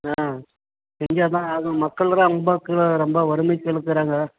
ஆ செஞ்சால்தான் ஆகும் மக்கள் ரொம்ப கீழே ரொம்ப வறுமைக்கு கீழே இருக்குறாங்க